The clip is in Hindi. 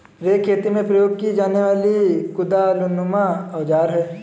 रेक खेती में प्रयोग की जाने वाली कुदालनुमा औजार है